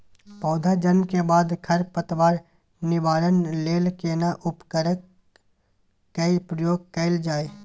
पौधा जन्म के बाद खर पतवार निवारण लेल केना उपकरण कय प्रयोग कैल जाय?